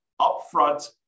upfront